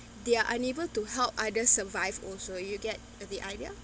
they are unable to help others survive also you get uh the idea